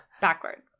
Backwards